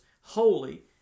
holy